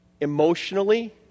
emotionally